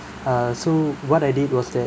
uh so what I did was that